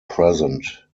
present